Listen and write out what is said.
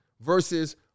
versus